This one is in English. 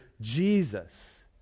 Jesus